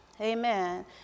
Amen